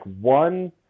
one